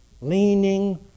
leaning